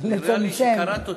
נצמצם.